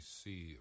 see